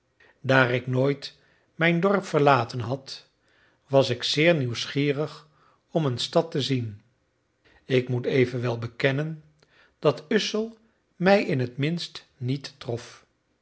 daar ik nooit mijn dorp verlaten had was ik zeer nieuwsgierig om een stad te zien ik moet evenwel bekennen dat ussel mij in het minst niet trof